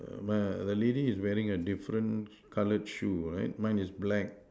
err my the lady is wearing a different coloured shoe right mine is black